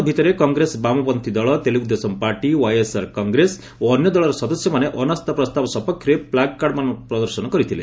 ପାଟିତୃଣ୍ଣ ଭିତରେ କଂଗ୍ରେସ ବାମପନ୍ଥୀ ଦଳ ତେଲୁଗୁଦେଶମ୍ ପାର୍ଟି ଓ୍ବାଇଏସଆର କଂଗ୍ରେସ ଓ ଅନ୍ୟ ଦଳର ସଦସ୍ୟମାନେ ଅନାସ୍ଥା ପ୍ରସ୍ତାବ ସପକ୍ଷରେ ପ୍ଲାଗ୍କାର୍ଡମାନ ପ୍ରଦର୍ଶନ କରିଥିଲେ